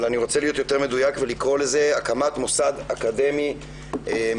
אבל אני רוצה להיות יותר מדויק ולקרוא לזה: הקמת מוסד אקדמי מתוקצב